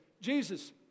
Jesus